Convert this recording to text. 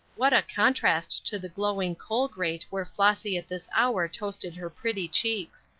what a contrast to the glowing coal-grate where flossy at this hour toasted her pretty cheeks.